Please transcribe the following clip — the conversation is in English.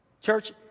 Church